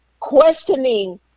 questioning